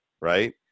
right